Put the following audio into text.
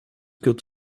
kurt